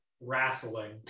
wrestling